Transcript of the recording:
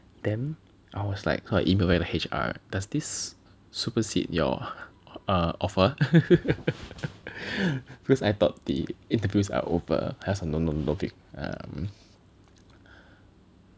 then I was like her email at the H_R does this supersede your offer because I thought the interviews are over 还要什么 no no notif~